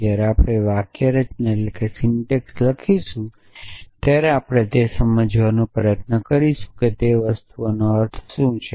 જ્યારે આપણે વાક્યરચના લખીશું ત્યારે આપણે તે સમજવાનો પ્રયત્ન કરીશું કે તે વસ્તુઓનો અર્થ શું છે